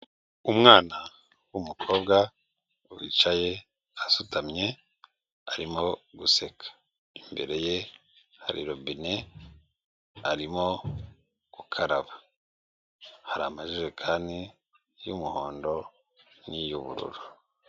Umwana w'umukobwa wicaye asutamye, arimo guseka, imbere ye hari robine arimo gukaraba, hari amajerekani y'umuhondo n'iy'ubururu.